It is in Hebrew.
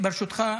ברשותך,